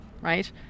right